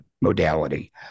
modality